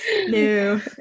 No